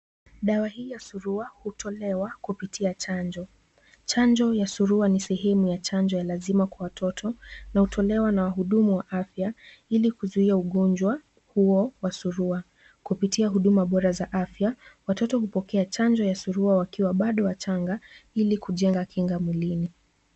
Dawa hii ya surua hutolewa kupitia chanjo. Chanjo ya surua ni sehemu ya chanjo ya lazima kwa watoto na hutolewa na wahudumu wa afya ili kuzuia ugonjwa huo wa surua. Kupitia huduma bora za afya, watoto hupokea chanjo ya suruua wakiwa bado wachanga ili kujenga kinga mwilini.